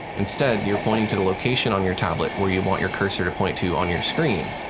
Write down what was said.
instead, you're pointing to the location on your tablet where you want your cursor to point to on your screen.